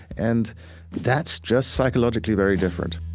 and that's just psychologically very different